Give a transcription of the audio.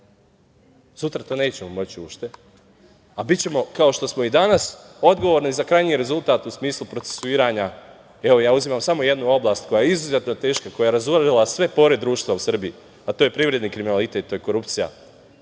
Sutra to nećemo moći uopšte, a bićemo, kao što smo i danas, odgovorni za krajnji rezultat u smislu procesuiranja. Evo, ja uzimam samo jednu oblast koja je izuzetno teška, koja je razuverila sve pore društva u Srbiji, a to je privredni kriminalitet, to je korupcija,